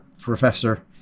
professor